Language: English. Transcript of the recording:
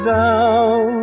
down